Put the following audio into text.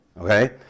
okay